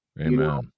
Amen